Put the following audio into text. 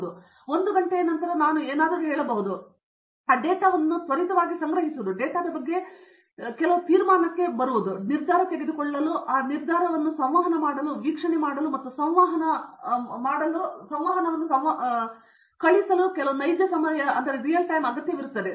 ನಾನು 1 ಗಂಟೆಯ ನಂತರ ಹೇಳಿದ್ದೇನೆಂದರೆ ಅದು ಅರ್ಥವಾಗುವುದಿಲ್ಲ ಹಾಗಾಗಿ ಆ ಡೇಟಾವನ್ನು ತ್ವರಿತವಾಗಿ ಸಂಗ್ರಹಿಸುವುದು ಡೇಟಾದ ಬಗ್ಗೆ ಕೆಲವು ತೀರ್ಮಾನಕ್ಕೆ ಬರುವುದು ನಿರ್ಧಾರ ತೆಗೆದುಕೊಳ್ಳಲು ಮತ್ತು ಆ ನಿರ್ಧಾರವನ್ನು ಸಂವಹನ ಮಾಡಲು ವೀಕ್ಷಣೆ ಮಾಡಲು ಮತ್ತು ಆ ಸಂವಹನವನ್ನು ಸಂವಹನ ಮಾಡಲು ಕೆಲವು ನೈಜ ಸಮಯ ಅಗತ್ಯವಿರುತ್ತದೆ